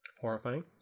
horrifying